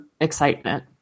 excitement